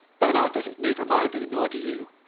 bernard doesn't need reminding, and nor do you,